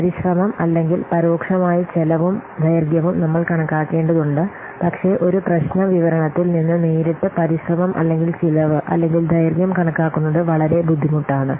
പരിശ്രമം അല്ലെങ്കിൽ പരോക്ഷമായി ചെലവും ദൈർഘ്യവും നമ്മൾ കണക്കാക്കേണ്ടതുണ്ട് പക്ഷേ ഒരു പ്രശ്ന വിവരണത്തിൽ നിന്ന് നേരിട്ട് പരിശ്രമം അല്ലെങ്കിൽ ചെലവ് അല്ലെങ്കിൽ ദൈർഘ്യം കണക്കാക്കുന്നത് വളരെ ബുദ്ധിമുട്ടാണ്